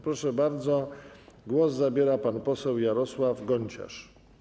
Proszę bardzo, głos zabierze pan poseł Jarosław Gonciarz.